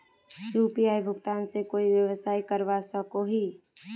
UPI भुगतान से कोई व्यवसाय करवा सकोहो ही?